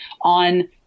on